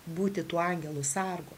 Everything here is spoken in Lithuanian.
būti tuo angelu sargu